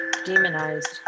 Demonized